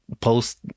post